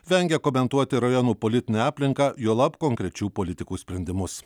vengia komentuoti rajonų politinę aplinką juolab konkrečių politikų sprendimus